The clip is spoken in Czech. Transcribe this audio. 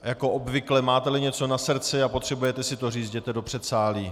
Jako obvykle, máteli něco na srdci a potřebujete si to říci, jděte do předsálí.